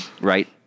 right